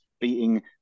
beating